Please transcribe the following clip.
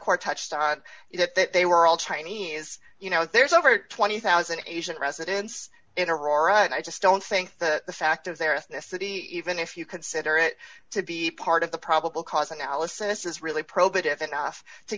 court touched on it that they were all chinese you know there's over twenty thousand asian residents at aurora and i just don't think the fact of their ethnicity even if you consider it to be part of the probable cause analysis is really probative enough to